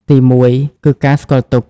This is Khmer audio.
ទីមួយ គឺការស្គាល់ទុក្ខ។